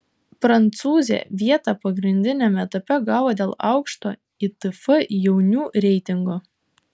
prancūzė vietą pagrindiniame etape gavo dėl aukšto itf jaunių reitingo